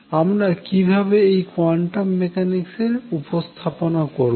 আমরা কিভাবে এটি কোয়ান্টাম মেকানিক্সে উপস্থাপন করবো